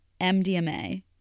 MDMA